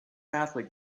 catholic